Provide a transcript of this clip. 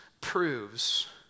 proves